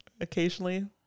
occasionally